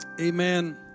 Amen